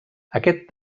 aquest